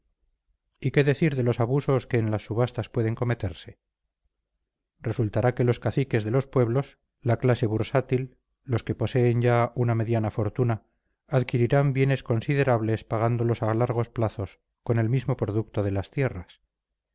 y qué decir de los abusos que en las subastas pueden cometerse resultará que los caciques de los pueblos la clase bursátil los que poseen ya una mediana fortuna adquirirán bienes considerables pagándolos a largos plazos con el mismo producto de las tierras